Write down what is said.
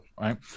right